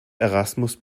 erasmus